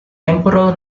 emperor